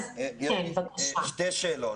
יש לי שתי שאלות.